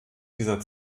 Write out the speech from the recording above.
dieser